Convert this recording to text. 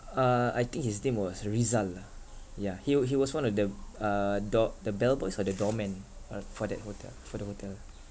uh I think his name was rizal ah yeah he wa~ he was one of the uh door the bellboys or the doorman uh for that hotel for the hotel ah